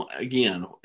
again